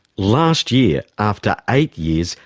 last year, after eight years,